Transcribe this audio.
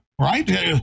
right